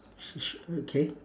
oh okay